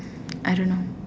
I don't know